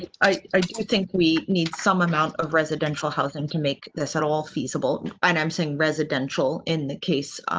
i, i do think we need some amount of residential housing to make this at all feasible. and i'm saying residential, in the case.